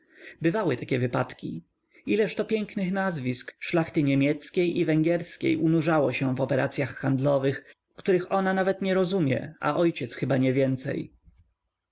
bywały takie wypadki ileż to pięknych nazwisk szlachty niemieckiej i węgierskiej unurzało się w operacyach handlowych których ona nawet nie rozumie a ojciec chyba niewięcej